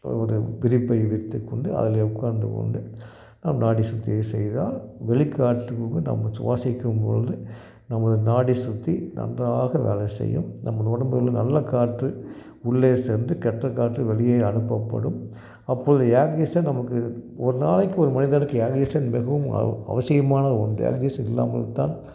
ஒரு விரிப்பை விரித்துக்கொண்டு அதில் உட்கார்ந்துகொண்டு நம் நாடிசுத்தி செய்தால் வெளிக்காற்றுக்குக்கும் நம்ம சுவாசிக்கும்பொழுது நம்மளது நாடிசுத்தி நன்றாக வேல செய்யும் நம்மளது உடம்புகளில் நல்லக் காற்று உள்ளே சென்று கெட்டக் காற்று வெளியே அனுப்பப்படும் அப்பொழுது ஏர்கேஷன் நமக்கு ஒரு நாளைக்கு ஒரு மனிதனுக்கு ஏர்கேஷன் மிகவும் அவ அவசியமான ஒன்று ஏர்கேஷன் இல்லாமல் இருந்தால்